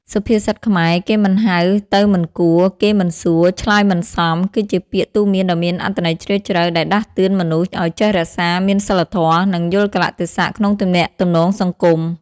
សុភាសិតខ្មែរ «គេមិនហៅ ទៅមិនគួរ គេមិនសួរ ឆ្លើយមិនសម» គឺជាពាក្យទូន្មានដ៏មានអត្ថន័យជ្រាលជ្រៅ ដែលដាស់តឿនមនុស្សឲ្យចេះរក្សា មានសីលធម៌ និង យល់កាលៈទេសៈក្នុងទំនាក់ទំនងសង្គម។